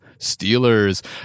Steelers